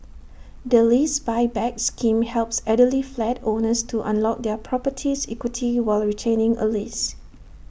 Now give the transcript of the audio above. the lease Buyback scheme helps elderly flat owners to unlock their property's equity while retaining A lease